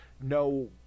no